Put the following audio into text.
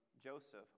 Joseph